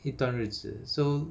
一段日子 so